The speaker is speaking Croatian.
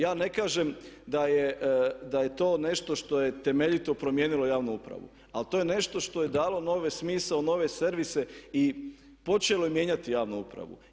Ja ne kažem da je to nešto što je temeljito promijenilo javnu upravu, ali to je nešto što je dalo novi smisao, nove servise i počelo je mijenjati javnu upravu.